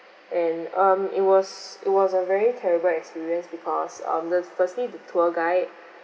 and um it was it was a very terrible experience because um the firstly the tour guide